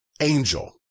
angel